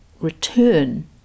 return